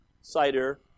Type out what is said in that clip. cider